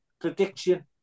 prediction